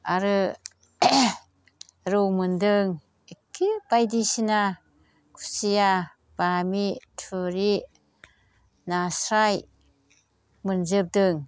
आरो रौ मोन्दों एखे बायदिसिना खुसिया बामि थुरि नास्राय मोनजोबदों